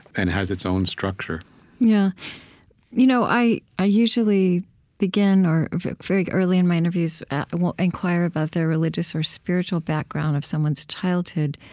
and has its own structure yeah you know i i usually begin or, very early in my interviews will inquire about the religious or spiritual background of someone's childhood.